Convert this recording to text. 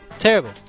Terrible